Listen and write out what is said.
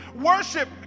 worship